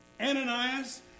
Ananias